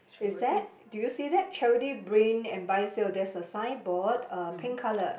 is that do you see that charity brain and buy sale there's a sign board uh pink colour